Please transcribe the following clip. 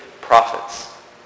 prophets